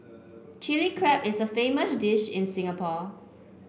Chilli Crab is a famous dish in Singapore